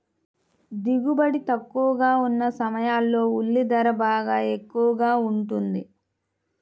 దిగుబడి తక్కువగా ఉన్న సమయాల్లో ఉల్లి ధర బాగా ఎక్కువగా ఉంటుంది